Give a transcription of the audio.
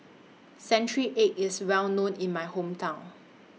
Century Egg IS Well known in My Hometown